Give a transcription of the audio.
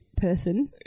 person